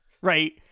right